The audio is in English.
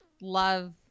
love